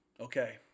Okay